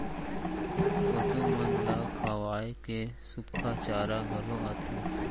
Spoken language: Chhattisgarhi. पसु मन ल खवाए के सुक्खा चारा घलौ आथे